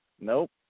Nope